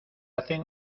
hacen